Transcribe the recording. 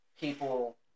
People